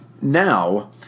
Now